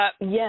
yes